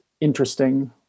interesting